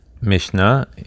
Mishnah